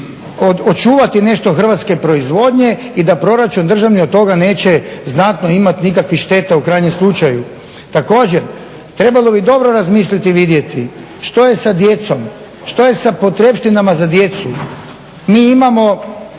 očuvati nešto hrvatske proizvodnje i da proračun državni od toga neće znatno imati nikakvih šteta u krajnjem slučaju. Također, trebalo bi dobro razmisliti i vidjeti što je sa djecom, što je sa potrepštinama za djecu. Mi imamo